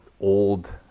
old